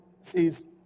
says